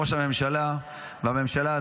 ראש הממשלה והממשלה הזאת,